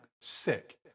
Sick